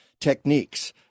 techniques